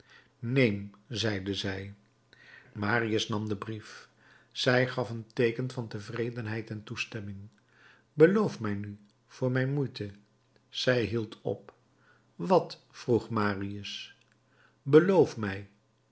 neem zeide zij marius nam den brief zij gaf een teeken van tevredenheid en toestemming beloof mij nu voor mijn moeite zij hield op wat vroeg marius beloof mij